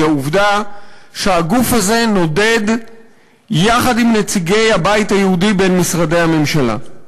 העובדה שהגוף הזה נודד יחד עם נציגי הבית היהודי בין משרדי הממשלה.